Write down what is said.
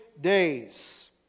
days